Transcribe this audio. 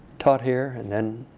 taught here, and then